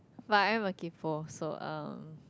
but I am a kaypo so um